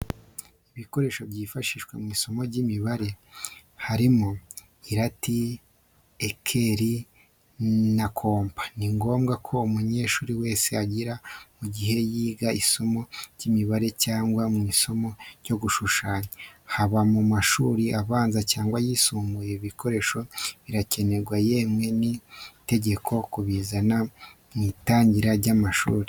Ibikoresho byifashishwa mu isomo ry'imibareharimo irati, ekeri, na kompa, ni ngombwa ko umunyeshuri wese abigira mu gihe yiga isomo ry'imibare cyangwa mu isomo ryo gushushanya. Haba mu mashuri abanza cyangwa yisumbuye, ibi bikoresho birakenerwa yewe ni n'itegeko kubizana mu itangira ry'amashuri